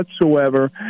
whatsoever